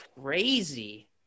crazy